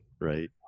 Right